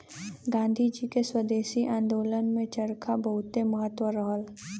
गांधी जी के स्वदेशी आन्दोलन में चरखा बहुते महत्व रहल